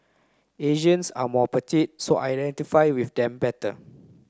Asians are more petite so I identify with them better